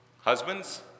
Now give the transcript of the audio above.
Husbands